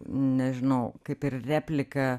nežinau kaip ir replika